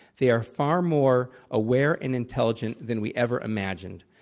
they are far more aware and intelligent than we ever imagined.